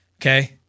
Okay